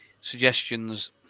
suggestions